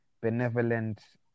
benevolent